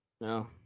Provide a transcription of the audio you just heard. No